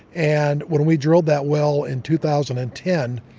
and when we drilled that well in two thousand and ten,